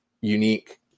unique